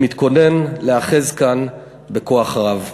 אני מתכונן להיאחז כאן בכוח רב.